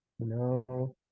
No